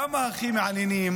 למה הכי מעניינים?